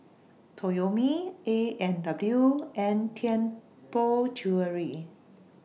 Toyomi A and W and Tianpo Jewellery